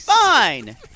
Fine